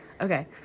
Okay